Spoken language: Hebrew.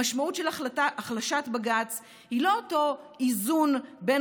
המשמעות של החלשת בג"ץ היא לא אותו איזון בין